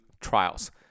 trials